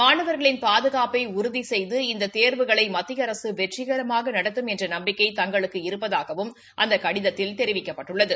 மாணவா்களின் பாதுகாப்பை உறுதி செய்து இந்த தேர்வுகளை மத்திய அரசு வெற்றிகரமாக நடத்தும் என்ற நம்பிக்கை தங்களுக்கு இருப்பதாகவும் அந்த கடிதத்தில் தெரிவிக்கப்பட்டுள்ளது